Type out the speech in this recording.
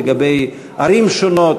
לגבי ערים שונות,